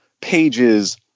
pages